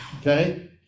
Okay